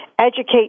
educate